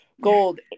gold